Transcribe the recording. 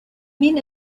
men